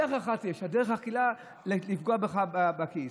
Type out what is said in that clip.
דרך אחת יש, הדרך הקלה, לפגוע לך בכיס.